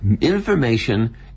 information